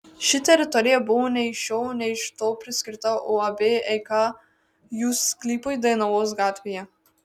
ši teritorija buvo nei iš šio nei iš to priskirta uab eika jų sklypui dainavos gatvėje